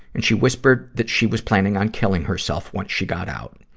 and she whispered that she was planning on killing herself once she got out.